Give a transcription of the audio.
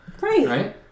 Right